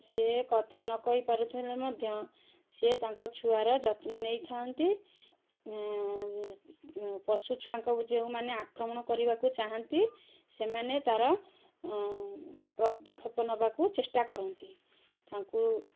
ସେ କଥା ନ କହିପାରୁଥିଲେ ମଧ୍ୟ ସେ ତାଙ୍କ ଛୁଆର ଯତ୍ନ ନେଇଥାନ୍ତି ପଶୁଛୁଆଙ୍କୁ ଯେଉଁମାନେ ଆକ୍ରମଣ କରିବାକୁ ଚାହାଁନ୍ତି ସେମାନେ ତା'ର ପ୍ରତିକ୍ଷେପ ନେବାକୁ ଚେଷ୍ଟା କରନ୍ତି ତାଙ୍କୁ